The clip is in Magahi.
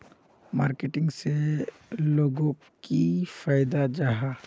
मार्केटिंग से लोगोक की फायदा जाहा?